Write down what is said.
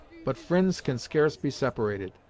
but fri'nds can scarce be separated,